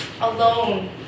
Alone